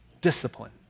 discipline